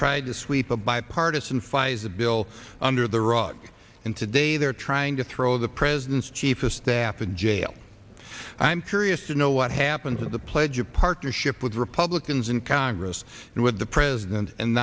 tried to sweep a bipartisan five as a bill under the rug and today they're trying to throw the president's chief of staff to jail i'm curious to know what happens in the pledge of partnership with republicans in congress and with the president and